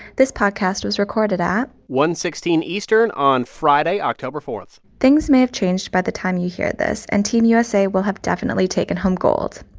this podcast was recorded at. one sixteen eastern on friday, october four point things may have changed by the time you hear this, and team usa will have definitely taken home gold.